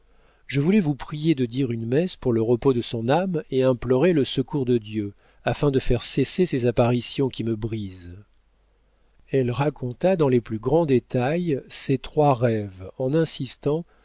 je voulais vous prier de dire une messe pour le repos de son âme et implorer le secours de dieu afin de faire cesser ces apparitions qui me brisent elle raconta dans les plus grands détails ses trois rêves en insistant